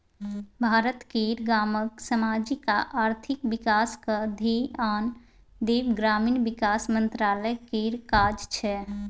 भारत केर गामक समाजिक आ आर्थिक बिकासक धेआन देब ग्रामीण बिकास मंत्रालय केर काज छै